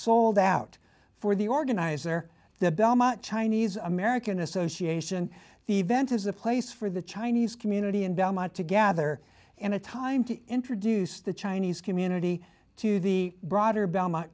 sold out for the organizer the belmont chinese american association the event is the place for the chinese community in belmont to gather in a time to introduce the chinese community to the broader belmont